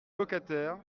locataires